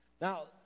Now